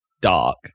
dark